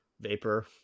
vapor